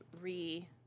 re